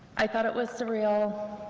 i thought it was surreal,